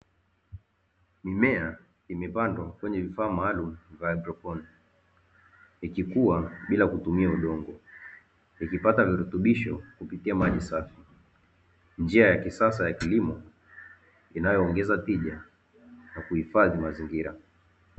Mimea imepandwa kwenye vifaa maalumu vya haidroponi, ikikua bila kutumia udongo, ikipata virutubisho kupitia maji safi, njia ya kisasa ya kilimo inayoongeza tija na kuhifadhi mazingira.